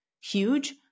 huge